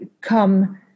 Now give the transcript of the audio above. come